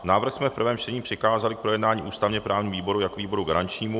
Návrh jsme v prvém čtení přikázali k projednání ústavněprávnímu výboru jako výboru garančnímu.